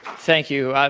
thank you.